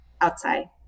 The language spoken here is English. outside